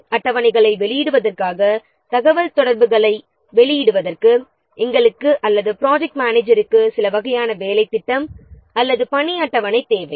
எனவே வேலையை விளம்பரப்படுத்துவதற்கு நமக்கு அல்லது ப்ராஜெக்ட் மனேஜருக்கு ஏதேனும் ஒரு திட்டம் அல்லது பணி அட்டவணை தேவை